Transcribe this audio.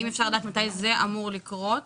אפשר לדעת מתי זה אמור לקרות,